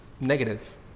negative